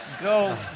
Go